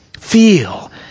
Feel